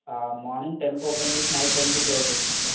morning టెన్కి open చేసి night టెన్కి క్లోజ్ చేస్తాం సార్